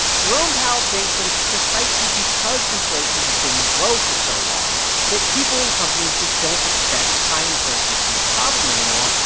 jerome powell thinks that it's precisely because inflation has been low for so long that people and companies just don't expect high inflation to be a problem anymore,